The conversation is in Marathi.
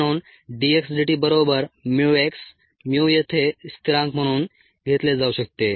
म्हणून dx dt बरोबर mu x mu येथे स्थिरांक म्हणून घेतले जाऊ शकते